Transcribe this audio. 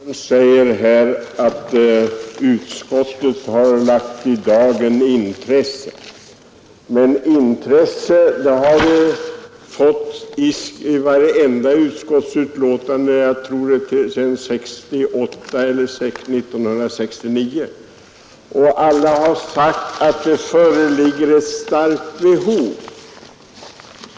Herr talman! Herr Wikström säger här att utskottet lagt i dagen intresse. Men intresse har varenda utskottsbetänkande lagt i dagen sedan 1969. Man har alltid sagt att det föreligger ett starkt behov.